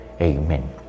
Amen